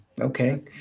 okay